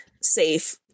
safe